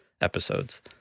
episodes